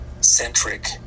centric